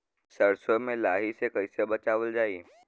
सरसो में लाही से कईसे बचावल जाई?